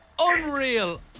Unreal